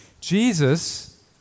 Jesus